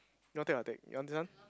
don't take I take you want this one